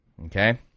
okay